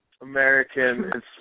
American